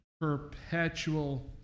perpetual